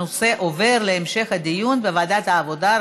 הנושא עובר להמשך דיון בוועדת העבודה,